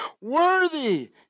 Worthy